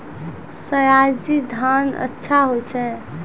सयाजी धान अच्छा होय छै?